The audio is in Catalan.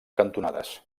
cantonades